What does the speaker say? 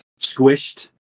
squished